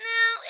Now